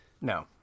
No